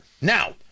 Now